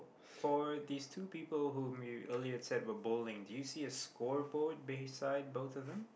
for these two people whom you earlier said were bullying do you see a scoreboard beside both of them